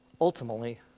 ultimately